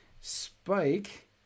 Spike